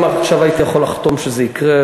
אם עכשיו הייתי יכול לחתום שזה יקרה,